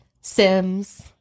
sims